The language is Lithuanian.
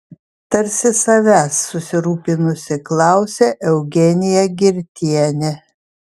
tarsi savęs susirūpinusi klausė eugenija girtienė